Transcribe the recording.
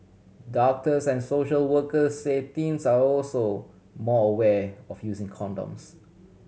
doctors and social workers say teens are also more aware of using condoms